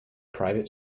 private